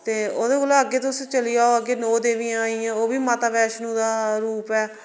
ते ओह्दे कोला अग्गै तुस चली जाओ अग्गै नौ देवियां आई गेइयां ओह् बी माता वैष्णो दा रूप ऐ